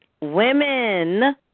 women